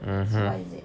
what is it